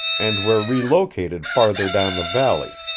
and we're relocated farther down the valley.